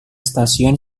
stasiun